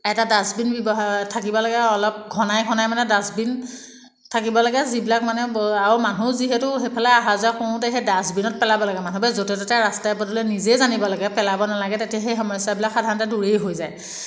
এটা ডাষ্টবিন ব্যৱহাৰ থাকিব লাগে আৰু অলপ ঘনাই ঘনাই মানে ডাষ্টবিন থাকিব লাগে যিবিলাক মানে আৰু মানুহ যিহেতু সেইফালে আহা যোৱা কৰোঁতে সেই ডাষ্টবিনত পেলাব লাগে মানুহবোৰে য'তে ত'তে ৰাস্তাই পদূলিয়ে নিজেই জানিব লাগে পেলাব নালাগে তেতিয়া সেই সমস্যাবিলাক সাধাৰণতে দূৰেই হৈ যায়